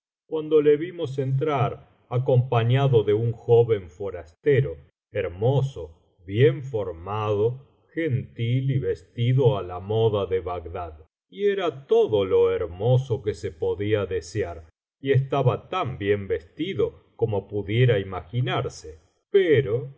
cuando le vimos entrar acompañado de un joven forastero hermoso bien formado gentil y vestido á la moda de bagdad y era todo lo hermoso que se podía desear y estaba tan bien vestido como pudiera imaginarse pero